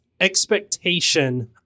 expectation